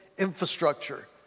Infrastructure